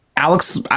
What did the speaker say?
Alex